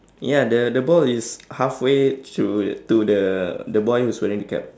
ya the the ball is halfway to to the the boy who's wearing the cap